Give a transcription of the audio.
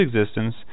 existence